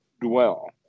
dwell